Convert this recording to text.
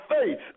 faith